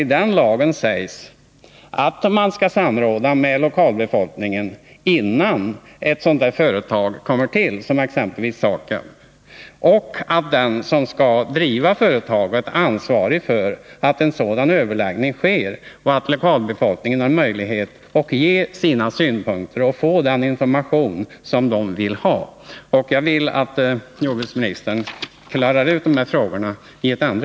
I det lagförslaget sägs att man skall samråda med lokalbefolkningen, innan ett sådant företag som SAKAB kommer till stånd, och att den som skall driva företaget är ansvarig för att en sådan överläggning sker, så att lokalbefolkningen får möjlighet att ge sina synpunkter och få den information som man vill ha. Jag skulle vilja att jordbruksministern klarar ut dessa frågor.